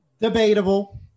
Debatable